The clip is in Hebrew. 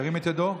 שירים את ידו.